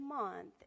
month